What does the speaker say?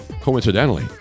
coincidentally